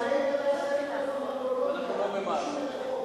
מנהלי בתי-הספר לפרמקולוגיה ביקשו את החוק.